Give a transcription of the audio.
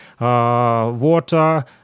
water